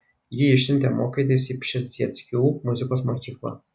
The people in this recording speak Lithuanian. jį išsiuntė mokytis į pšezdzieckių muzikos mokyklą